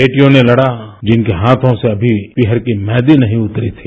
बेटियां ने लड़ा जिनके हाथों से अभी पीहर की मेंहदी नहीं उतरी थी